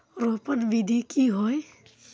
रोपण विधि की होय?